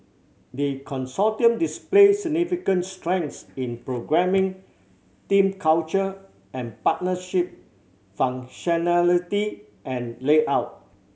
the Consortium displayed significant strengths in programming team culture and partnership functionality and layout